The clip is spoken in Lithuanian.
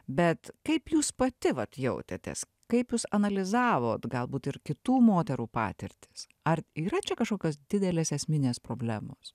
bet kaip jūs pati vat jautėtės kaip jūs analizavot galbūt ir kitų moterų patirtis ar yra čia kažkokios didelės esminės problemos